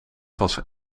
was